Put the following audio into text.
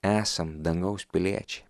esam dangaus piliečiai